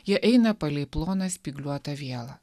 jie eina palei ploną spygliuotą vielą